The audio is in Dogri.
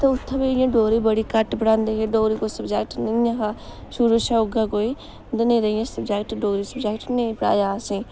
तां उत्थैं बी इ'यां डोगरी बड़ी घट पढ़ांदे हे डोगरी कोई सब्जेक्ट नेईं हा शुरु शा उ'यै कोई ते नेईं दा इ'यां सब्जेक्ट डोगरी सब्जेक्ट नेईं पढ़ाया असें